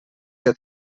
que